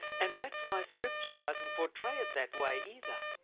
and that's why scripture doesn't portray it that way either.